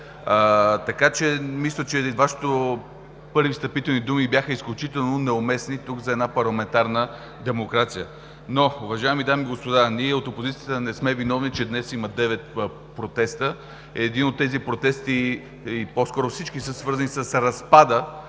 Мисля, че Вашите първи встъпителни думи бяха изключително неуместни тук за една парламентарна демокрация. Но, уважаеми дами и господа, ние от опозицията не сме виновни, че днес има девет протеста. Един от тези протести или по-скоро всички са свързани с разпада